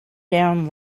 down